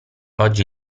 oggi